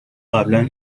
قبلا